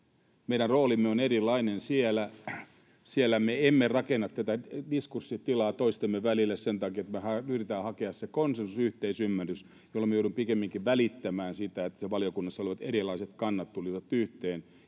Meidän roolimme on erilainen siellä. Siellä me emme rakenna tätä diskurssitilaa toistemme välille sen takia, että me yritetään hakea se konsensus ja yhteisymmärrys, jolloin me joudumme pikemminkin välittämään sitä, että siellä valiokunnassa olevat erilaiset kannat tulisivat yhteen.